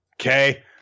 Okay